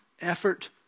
effort